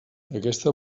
aquesta